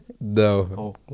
No